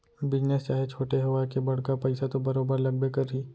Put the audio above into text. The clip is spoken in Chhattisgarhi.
बिजनेस चाहे छोटे होवय के बड़का पइसा तो बरोबर लगबे करही